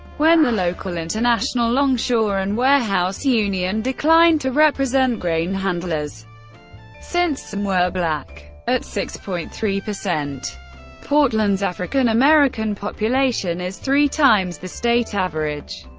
when the local international longshore and warehouse union declined to represent grain handlers since some were black. at six point three, portland's african american population is three times the state average.